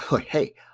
hey